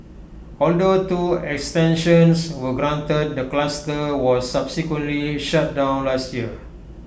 although two extensions were granted the cluster was subsequently shut down last year